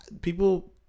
people